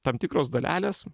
tam tikros dalelės